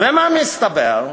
ומה מסתבר?